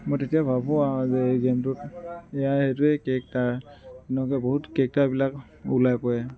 মই তেতিয়া ভাবোঁ আৰু যে এই গেমটোত ইয়াৰ সেইটোৱে কেৰেক্টাৰ এনেকুৱা বহুত কেৰেক্টাৰবিলাক ওলাই পৰে